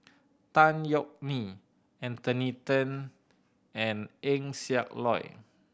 Tan Yeok Nee Anthony Then and Eng Siak Loy